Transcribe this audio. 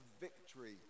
victory